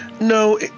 No